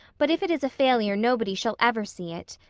but if it is a failure nobody shall ever see it.